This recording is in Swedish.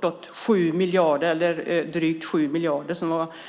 drygt 7 miljarder.